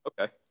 okay